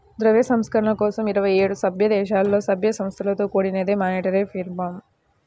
ద్రవ్య సంస్కరణల కోసం ఇరవై ఏడు సభ్యదేశాలలో, సభ్య సంస్థలతో కూడినదే మానిటరీ రిఫార్మ్